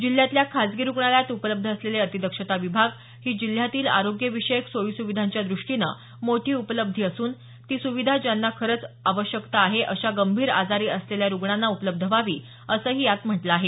जिल्ह्यातल्या खाजगी रुग्णालयांत उपलब्ध असलेले अतिदक्षता विभाग ही जिल्ह्यातील आरोग्यविषयक सोई सुविधांच्या दृष्टीनं मोठी उपलब्धी असून ती सुविधा ज्यांना खरच आवश्यकता आहे अशा गंभीर आजारी असलेल्या रुग्णांना उपलब्ध व्हावी असंही यात म्हटलं आहे